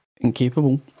incapable